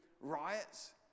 riots